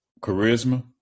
Charisma